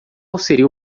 seria